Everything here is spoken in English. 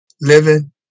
living